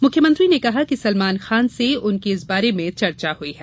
मुख्यमंत्री ने कहा कि सलमान खान से उनकी इस बारे में चर्चा हुई है